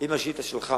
אם השאילתא שלך,